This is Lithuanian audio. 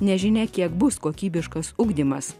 nežinia kiek bus kokybiškas ugdymas